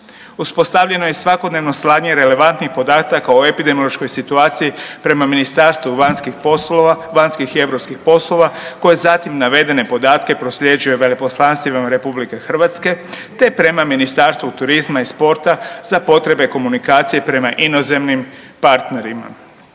Uspostavljeno je svakodnevno slanje relevantnih podataka o epidemiološkoj situaciji prema Ministarstvu vanjskih poslova, vanjskih i europskih poslova koje zatim navedene podatke prosljeđuje veleposlanstvima RH te prema Ministarstvu turizma i sporta za potrebe komunikacije prema inozemnim partnerima.